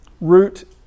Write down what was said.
root